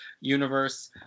universe